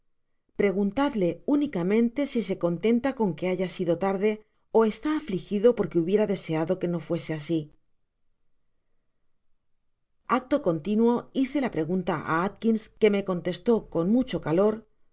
úni camenie si se contenta con que haya sido tarde é esta afligido porque hubiera deseado que no fuese asi acto continuo hice la pregunta á atkins que me contestó con mucho calor